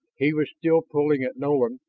he was still pulling at nolan,